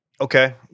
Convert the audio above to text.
Okay